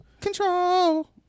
Control